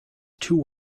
too